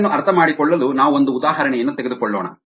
ಇದನ್ನು ಅರ್ಥಮಾಡಿಕೊಳ್ಳಲು ನಾವು ಒಂದು ಉದಾಹರಣೆಯನ್ನು ತೆಗೆದುಕೊಳ್ಳೋಣ